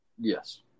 Yes